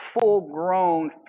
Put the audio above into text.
full-grown